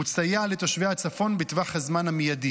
ותסייע לתושבי הצפון בטווח הזמן המיידי.